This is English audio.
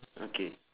okay